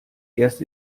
erst